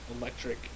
electric